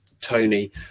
tony